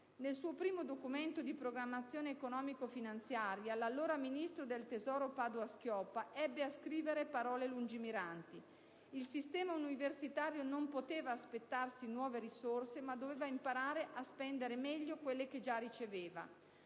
Nel suo primo Documento di programmazione economico-finanziaria l'allora ministro del tesoro Padoa-Schioppa ebbe a scrivere parole lungimiranti: il sistema universitario non poteva aspettarsi nuove risorse, ma doveva imparare a spendere meglio quelle che già riceveva: